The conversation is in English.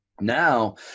Now